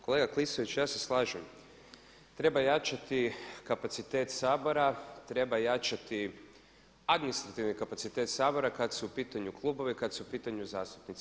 Kolega Klisović, ja se slažem treba jačati kapacitet Sabora, treba jačati administrativni kapacitet Sabora kad su u pitanju klubovi, kad su u pitanju zastupnici.